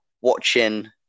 watching